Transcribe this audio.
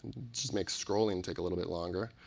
just make scrolling take a little bit longer.